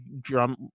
drum